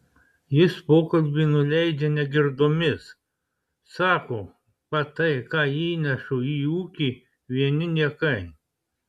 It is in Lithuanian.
jis pokalbį nuleidžia negirdomis sako kad tai ką įnešu į ūkį vieni niekai